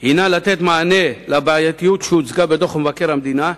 היא לתת מענה לבעייתיות שהוצגה בדוח מבקר המדינה,